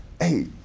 Hey